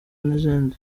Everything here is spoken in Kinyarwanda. n’izindi